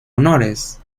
honores